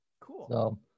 Cool